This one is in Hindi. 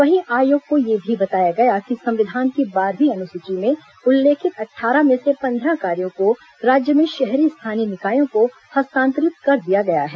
वहीं आयोग को यह भी बताया गया कि संविधान की बारहवीं अनुसूची में उल्लेखित अट्ठारह में से पन्द्रह कार्यो को राज्य में शहरी स्थानीय निकायो को हस्तांतरित कर दिया गया है